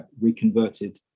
reconverted